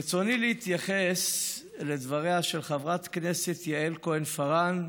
ברצוני להתייחס לדבריה של חברת הכנסת יעל כהן-פארן,